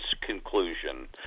conclusion